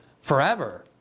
forever